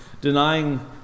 denying